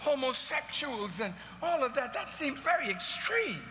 homosexuals and all of that that seems very extreme